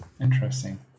interesting